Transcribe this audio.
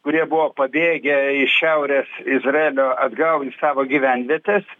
kurie buvo pabėgę iš šiaurės izraelio atgal į savo gyvenvietes